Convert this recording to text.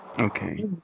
Okay